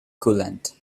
coolant